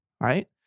Right